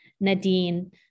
Nadine